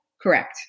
correct